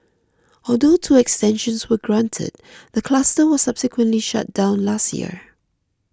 although two extensions were granted the cluster was subsequently shut down last year